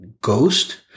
ghost